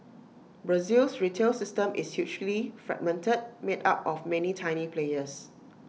Brazil's retail system is hugely fragmented made up of many tiny players